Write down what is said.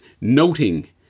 noting